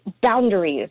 boundaries